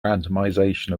randomization